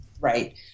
Right